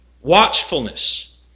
watchfulness